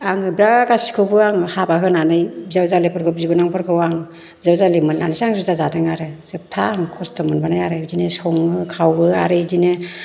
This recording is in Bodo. आङो दा गासिखौबो आङो हाबा होनानै बिजावजालिफोरखौ बिबोनांफोरखौ आं बिजावजालि मोन्नानैसो जुदा जादों आरो जोबथा आं खस्थ' मोनबोनाय आरो बिदिनो सङो खावो आरो बिदिनो